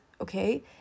okay